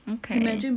okay